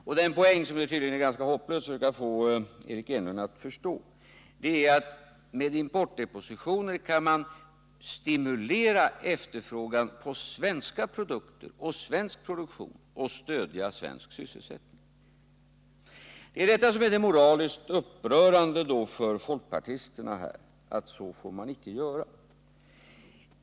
Och den poäng som det tydligen är ganska hopplöst att försöka få Eric Enlund att förstå är att med importdepositioner kan man stimulera efterfrågan på svenska produkter och svensk produktion och stödja svensk sysselsättning. Det är då detta som är det moraliskt upprörande för folkpartisterna — så får man icke göra.